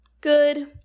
good